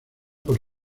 por